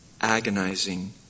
agonizing